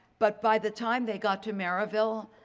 but by the time they got to maryville